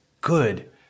good